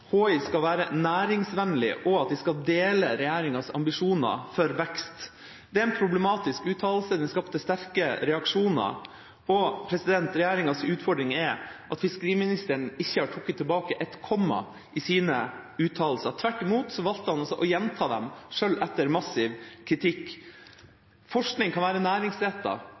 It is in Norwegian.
HI skal være næringsvennlig, og at det skal dele regjeringas ambisjoner for vekst. Det er en problematisk uttalelse; den skapte sterke reaksjoner. Regjeringas utfordring er at fiskeriministeren ikke har trukket tilbake et komma i sine uttalelser. Tvert imot valgte han å gjenta dem, selv etter massiv kritikk. Forskning kan være